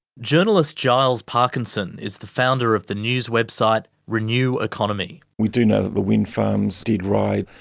journalist giles parkinson is the founder of the news website reneweconomy. we do know that the wind farms did ride